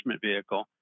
vehicle